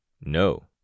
No